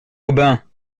aubin